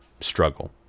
struggle